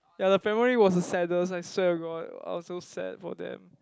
ya the family was the saddest I swear to god I was so sad for them